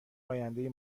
آینده